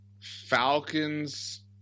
Falcons